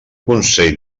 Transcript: consell